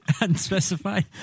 Unspecified